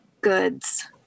goods